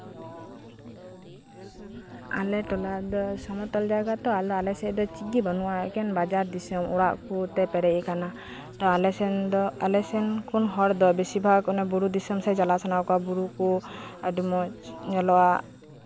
ᱟᱞᱮ ᱴᱚᱞᱟ ᱨᱮᱫᱚ ᱥᱚᱢᱚᱛᱚᱞ ᱡᱟᱭᱜᱟ ᱛᱚ ᱟᱞᱮ ᱥᱮᱡ ᱜᱚ ᱪᱮᱫ ᱜᱤ ᱵᱟᱱᱩᱜᱼᱟ ᱮᱠᱮᱱ ᱵᱟᱡᱟᱨ ᱫᱤᱥᱚᱢ ᱚᱲᱟᱜ ᱠᱚᱛᱮ ᱯᱮᱨᱮᱡ ᱟᱠᱟᱱᱟ ᱟᱞᱮ ᱥᱮᱱ ᱠᱷᱚᱱ ᱦᱚᱲ ᱫᱚ ᱮᱠᱮᱱ ᱵᱩᱨᱩ ᱥᱮᱱ ᱠᱷᱚᱱ ᱪᱟᱞᱟᱜ ᱥᱟᱱᱟ ᱠᱚᱣᱟ ᱚᱱᱟ ᱵᱩᱨᱩ ᱠᱚ ᱟᱹᱰᱤ ᱢᱚᱸᱡ ᱧᱮᱞᱚᱜᱼᱟ